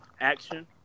action